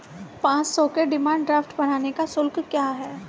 पाँच सौ के डिमांड ड्राफ्ट बनाने का शुल्क क्या है?